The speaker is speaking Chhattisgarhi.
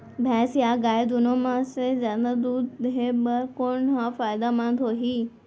भैंस या गाय दुनो म से जादा दूध देहे बर कोन ह फायदामंद होही?